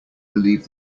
believe